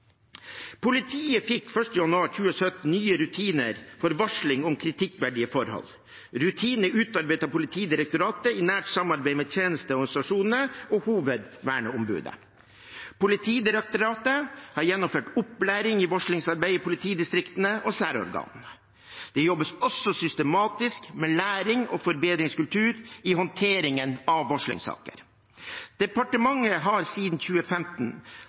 Politiet fikk 1. januar 2017 nye rutiner for varsling om kritikkverdige forhold. Rutinen er utarbeidet av Politidirektoratet i nært samarbeid med tjenesteorganisasjonene og hovedverneombudet. Politidirektoratet har gjennomført opplæring i varslingsarbeid i politidistriktene og særorganene. Det jobbes også systematisk med læring og forbedringskultur i håndteringen av varslingssaker. Departementet har siden 2015